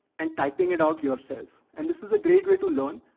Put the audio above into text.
and typing it out yourself, and this is a great way to learn,